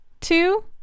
two